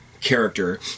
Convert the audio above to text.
character